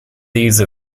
these